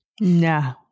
No